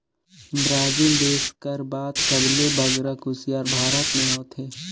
Brazil देस कर बाद सबले बगरा कुसियार भारत में होथे